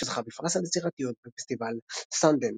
שזכה בפרס על יצירתיות בפסטיבל סאנדנס.